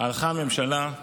הלכה הממשלה,